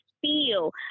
feel